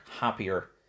happier